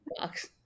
box